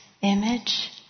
Image